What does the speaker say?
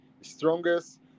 strongest